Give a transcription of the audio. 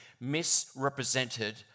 misrepresented